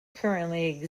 currently